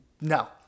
no